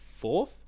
fourth